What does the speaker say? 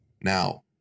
Now